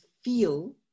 feel